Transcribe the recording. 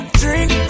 drink